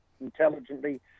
intelligently